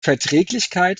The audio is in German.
verträglichkeit